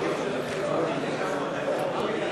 אכזרים לילדים.